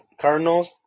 Cardinals